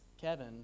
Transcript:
kevin